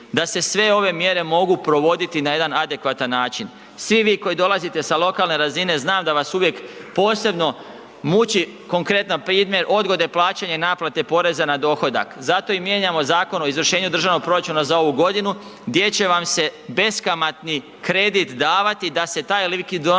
da se sve ove mjere mogu provoditi na jedan adekvatan način. Svi vi koji dolazite sa lokalne razine znam da vas uvijek posebno muči, konkretan primjer, odgode plaćanja i naplate poreza na dohodak. Zato i mijenjamo Zakon o izvršenju državnog proračuna za ovu godinu gdje će vam se beskamatni kredit davati da se taj likvidonosni